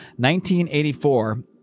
1984